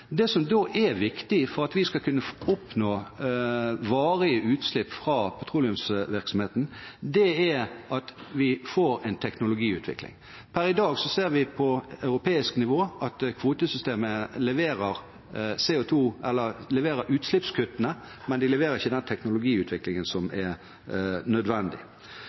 Det som da er viktig for at vi skal kunne oppnå varige lave utslipp fra petroleumsvirksomheten, er at vi får til en teknologiutvikling. Per i dag ser vi på europeisk nivå at kvotesystemet leverer utslippskuttene, men de leverer ikke den teknologiutviklingen som er nødvendig.